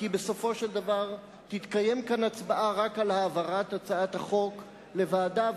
כי בסופו של דבר תתקיים כאן הצבעה רק על העברת הצעת החוק לוועדה,